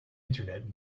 internet